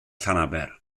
llanaber